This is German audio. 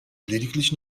lediglich